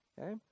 okay